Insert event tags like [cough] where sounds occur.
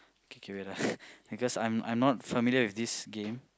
K K wait ah [laughs] because I'm I'm not familiar with this game